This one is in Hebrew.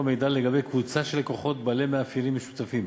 מידע לגבי קבוצה של לקוחות בעלי מאפיינים משותפים,